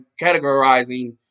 categorizing